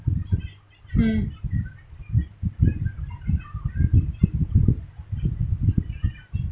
mm